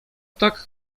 tak